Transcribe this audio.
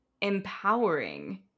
empowering